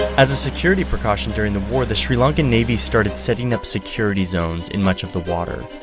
as a security precaution during the war the sri lankan navy started setting up security zones in much of the water,